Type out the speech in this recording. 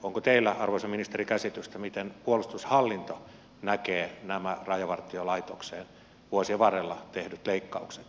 onko teillä arvoisa ministeri käsitystä miten puolustushallinto näkee nämä rajavartiolaitokseen vuosien varrella tehdyt leikkaukset